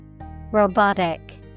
Robotic